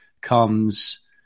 comes